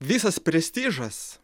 visas prestižas